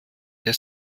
der